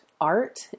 art